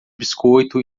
biscoito